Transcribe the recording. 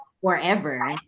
forever